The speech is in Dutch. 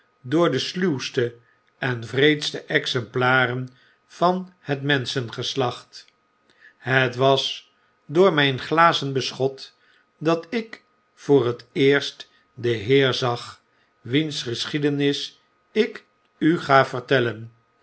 door de sluwste en wreedste exemplaren van het menschengeslacht het was door mijn glazen beschot dat ik voor het eerst den heer zag wiens geschiedenis ik u ga vertellen